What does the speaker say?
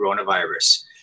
coronavirus